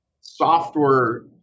software